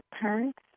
parents